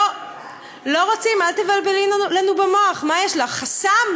לא רוצים, אל תבלבלי לנו במוח, מה יש לך, חסם.